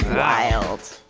wild